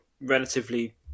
relatively